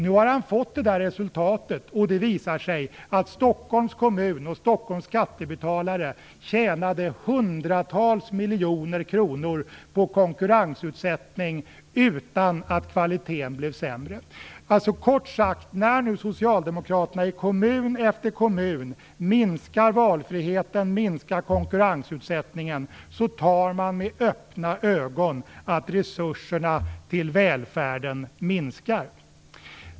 Nu har han fått resultatet, och det visar sig att Stockholms kommun och skattebetalare tjänade hundratals miljoner kronor på konkurrensutsättning utan att kvaliteten blev sämre. Kort sagt: När nu Socialdemokraterna i kommun efter kommun minskar valfriheten och konkurrensutsättningen accepterar man med öppna ögon att resurserna till välfärden minskar.